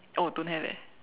oh don't have eh